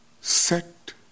set